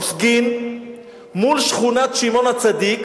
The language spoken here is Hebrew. מפגין מול שכונת שמעון-הצדיק